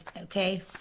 okay